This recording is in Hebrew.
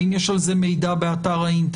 האם יש לו איזה מידע באתר האינטרנט?